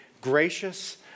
gracious